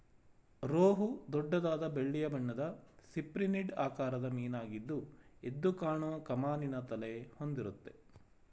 ರೋಹು ದೊಡ್ಡದಾದ ಬೆಳ್ಳಿಯ ಬಣ್ಣದ ಸಿಪ್ರಿನಿಡ್ ಆಕಾರದ ಮೀನಾಗಿದ್ದು ಎದ್ದುಕಾಣೋ ಕಮಾನಿನ ತಲೆ ಹೊಂದಿರುತ್ತೆ